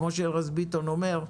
כפי שארז ביטון אומר,